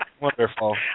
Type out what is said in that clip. Wonderful